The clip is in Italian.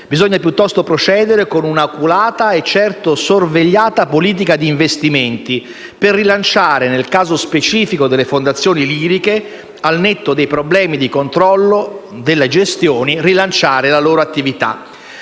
Bisogna piuttosto procedere con un'oculata e certo sorvegliata politica di investimenti, per rilanciare, nel caso specifico delle fondazioni liriche, al netto dei problemi di controllo delle gestioni, la loro attività.